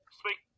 speak